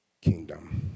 kingdom